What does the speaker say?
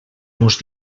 mos